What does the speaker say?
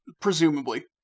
presumably